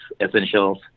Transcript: essentials